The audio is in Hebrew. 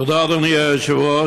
תודה, אדוני היושב-ראש.